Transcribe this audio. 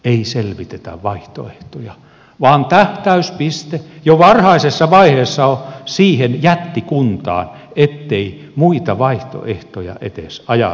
ei selvitetä vaihtoehtoja vaan tähtäyspiste jo varhaisessa vaiheessa on siihen jättikuntaan ettei muita vaihtoehtoja edes ajateltaisi